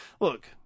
look